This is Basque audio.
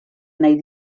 nahi